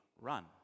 run